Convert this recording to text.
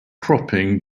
cropping